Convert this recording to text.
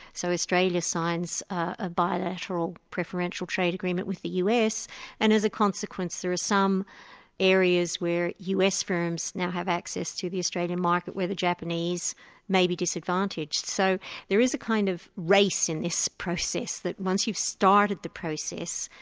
so australia signs a bilateral preferential trade agreement with the us and as a consequence there are some areas where us firms now have access to the australian market where the japanese may be disadvantaged. so there is a kind of race in this process, that once you've started the process,